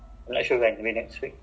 half ah